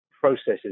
processes